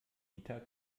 liter